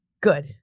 good